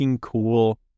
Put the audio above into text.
cool